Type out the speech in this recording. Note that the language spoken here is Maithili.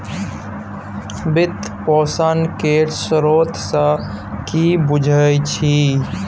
वित्त पोषण केर स्रोत सँ कि बुझै छी